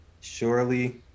surely